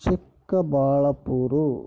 Chikkaballapur